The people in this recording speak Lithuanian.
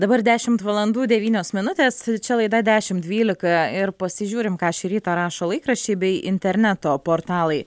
dabar dešimt valandų devynios minutės čia laida dešim dvylika ir pasižiūrim ką šį rytą rašo laikraščiai bei interneto portalai